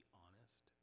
honest